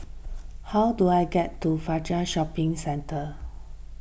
how do I get to Fajar Shopping Centre